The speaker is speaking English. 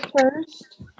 first